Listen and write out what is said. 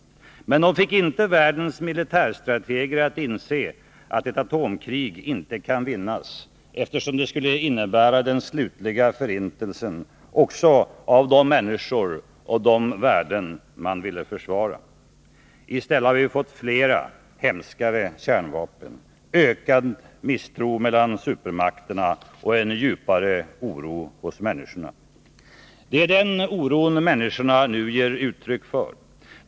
Men de fick inte världens militärstrateger att inse att ett atomkrig inte kan vinnas, eftersom det skulle innebära den slutliga förintelsen också för de människor och de värden som man vill försvara. I stället har vi fått fler och hemskare kärnvapen, ökad misstro mellan stormakterna och en djupare oro hos människorna. Det är den oron människorna nu ger uttryck för.